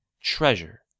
Treasure